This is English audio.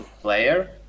player